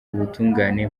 ubutungane